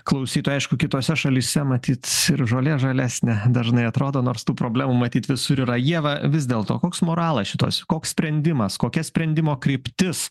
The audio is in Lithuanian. klausytojai aišku kitose šalyse matyt žolė žalesnė dažnai atrodo nors tų problemų matyt visur yra ieva vis dėlto koks moralas šitos koks sprendimas kokia sprendimo kryptis